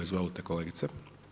Izvolite kolegice.